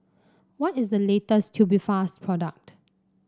what is the latest Tubifast product